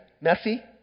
messy